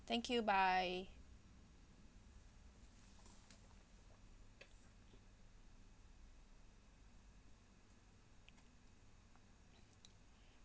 thank you bye